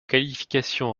qualifications